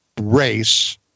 race